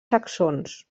saxons